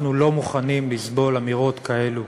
אנחנו לא מוכנים לסבול אמירות כאלה.